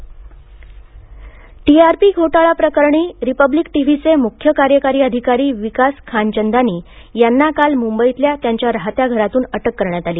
TRP TRP घोटाळ्याप्रकरणी Republic टीव्हीचे मुख्य कार्यकारी अधिकारी विकास खानचंदानी यांना काल मुंबईतल्या त्यांच्या राहत्या घरातून अटक करण्यात आली